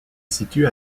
situe